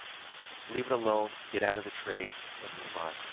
leave it alone, get out of the trade and move on.